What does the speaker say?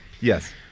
yes